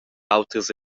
autras